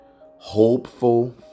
hopeful